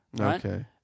Okay